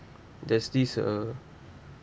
there's this uh